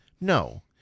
no